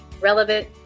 relevant